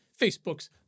Facebook's